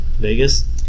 Vegas